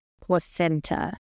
placenta